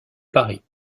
paris